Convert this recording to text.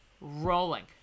rolling